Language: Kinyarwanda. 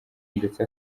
ndetse